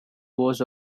was